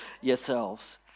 yourselves